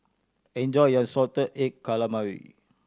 enjoy your salted egg calamari